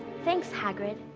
thanks, hagrid.